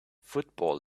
football